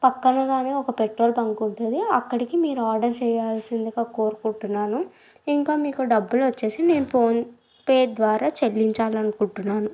ప్రక్కనే ఒక petrol bunk ఉంటుంది అక్కడికి మీరు ఆర్డర్ చేయాల్సిందిగా కోరుకుంటున్నాను ఇంకా మీకు డబ్బులు వచ్చేసి నేను ఫోన్పే ద్వారా చెల్లించాలని అనుకుంటున్నాను